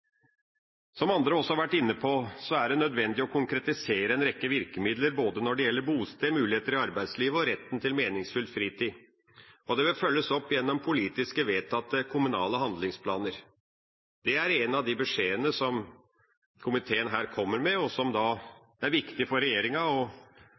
Som andre også har vært inne på, er det nødvendig å konkretisere en rekke virkemidler når det gjelder både bosted, muligheter i arbeidslivet og retten til meningsfylt fritid. Det vil følges opp gjennom politisk vedtatte kommunale handlingsplaner. Det er én av de beskjedene som komiteen kommer med, og som